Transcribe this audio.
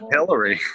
Hillary